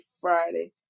friday